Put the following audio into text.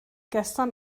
gestern